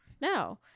no